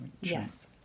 Yes